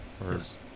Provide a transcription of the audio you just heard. Yes